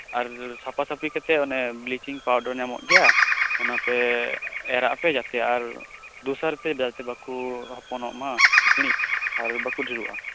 ᱟᱨ ᱥᱟᱯᱟ ᱥᱟᱯᱤ ᱠᱟᱛᱮᱜ ᱚᱱᱮ ᱵᱞᱤᱪᱤᱝ ᱯᱟᱣᱰᱟᱨ ᱧᱟᱢᱚᱜ ᱜᱮᱭᱟ ᱚᱱᱟ ᱯᱮ ᱮᱨᱟᱜᱼᱟ ᱯᱮ ᱡᱟᱛᱮ ᱟᱨ ᱫᱚᱥᱟᱨ ᱛᱮ ᱟᱨ ᱵᱟᱠᱚ ᱚᱢᱚᱱᱚᱜ ᱢᱟ ᱥᱤᱠᱬᱤᱡ ᱟᱨ ᱵᱟᱝ ᱠᱚ ᱰᱷᱮᱨᱳᱜᱼᱟ